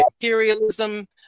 imperialism